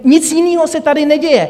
Nic jiného se tady neděje.